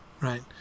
right